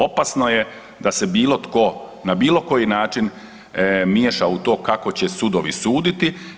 Opasno je da se bilo tko na bilo koji način miješa u to kako će sudovi suditi.